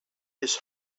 his